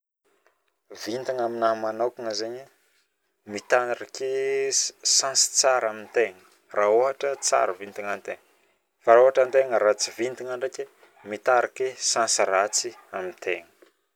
Vintagna aminahy manokagna zaigny mitariky chance tsara amitegna raha ohotra tsara vitagnategna raha ohatra ratsy vitagna ndraiky mitarika chance ratsy amitegna